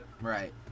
Right